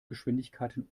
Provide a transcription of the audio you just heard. geschwindigkeiten